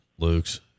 Lukes